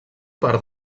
part